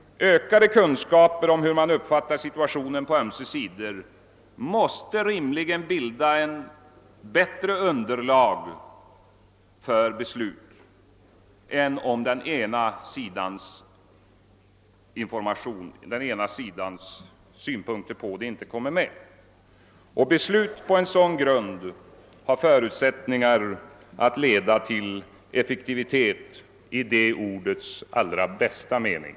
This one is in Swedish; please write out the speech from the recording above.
Ökade kunskaper om hur man uppfattar situationen på ömse sidor måste bilda bättre underlag för beslut än om den ena sidans synpunkter inte kommer till uttryck. Beslut på en sådan bättre grund har förutsättningar att leda till effektivitet i detta ords bästa mening.